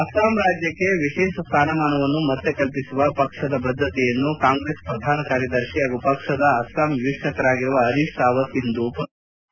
ಅಸ್ಲಾಂ ರಾಜ್ಕಕ್ಕೆ ವಿಶೇಷ ಸ್ವಾನಮಾನವನ್ನು ಮತ್ತೆ ಕಲ್ಪಿಸುವ ಪಕ್ಷದ ಬದ್ದತೆಯನ್ನು ಕಾಂಗ್ರೆಸ್ ಪ್ರಧಾನ ಕಾರ್ಯದರ್ಶಿ ಹಾಗೂ ಪಕ್ಷದ ಅಸ್ನಾಂ ವೀಕ್ಷಕರಾಗಿರುವ ಪರೀಶ್ ರಾವತ್ ಇಂದು ಮನರುಚ್ಷರಿಸಿದ್ದಾರೆ